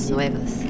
Nuevas